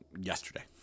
yesterday